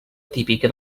típica